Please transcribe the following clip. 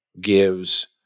gives